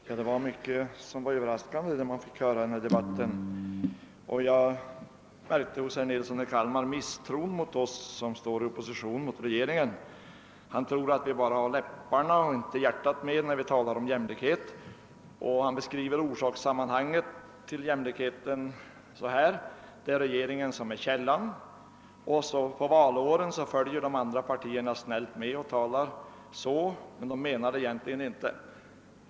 Herr talman! Mycket som vi fått höra i denna debatt har varit överraskande. Jag märkte hos herr Nilsson i Kalmar misstro mot oss som står i opposition till regeringen; han tror att när vi talar om jämlikhet gör vi det bara med läpparna och inte med våra hjärtan. Orsakssammanhanget i fråga om jämlikheten beskriver han så här: Det är regeringen som är källan, och under valåren följer de andra partierna snällt med, men de menar det egentligen inte.